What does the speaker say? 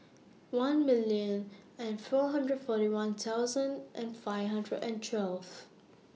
one million and four hundred forty one thousand and five hundred and twelfth